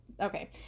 okay